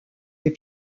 les